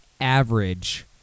average